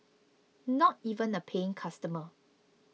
not even a paying customer